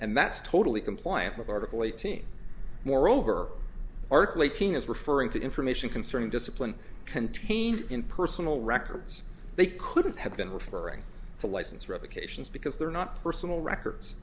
and that's totally compliant with article eighteen moreover article eighteen is referring to information concerning discipline contained in personal records they couldn't have been referring to license revocation is because they're not personal records